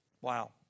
Wow